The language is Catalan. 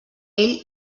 ell